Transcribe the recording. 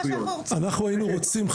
אנחנו היינו רוצים,